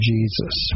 Jesus